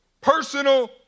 personal